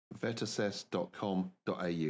vetassess.com.au